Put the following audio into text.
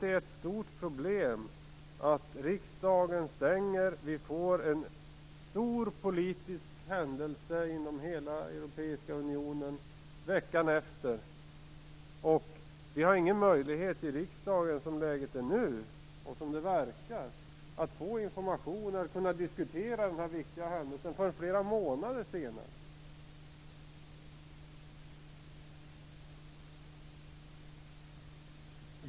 Det är ett stort problem att riksdagen stänger. Veckan efter avslutas regeringskonferensen, och det är en stor politisk händelse inom hela Europeiska unionen. Men som läget är nu har vi ingen möjlighet att i riksdagen få information och diskutera denna viktiga händelse förrän flera månader senare.